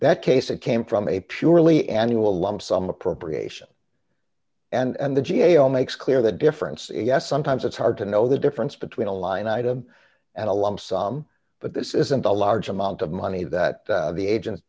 that case it came from a purely annual lump sum appropriation and the g a o makes clear the difference is yes sometimes it's hard to know the difference between a line item and a lump sum but this isn't a large amount of money that the agents